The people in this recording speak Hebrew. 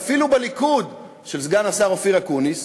ואפילו בליכוד של סגן השר אופיר אקוניס,